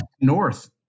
north